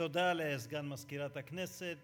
תודה לסגן מזכירת הכנסת.